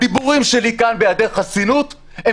הדיבורים שלי כאן בהיעדר חסינות הם